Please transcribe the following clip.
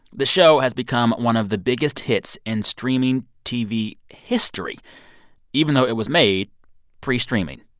the show has become one of the biggest hits in streaming tv history even though it was made pre-streaming.